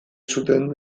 zuten